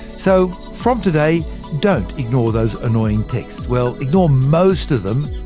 so, from today don't ignore those annoying texts! well, ignore most of them.